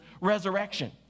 resurrection